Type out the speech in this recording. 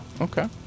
Okay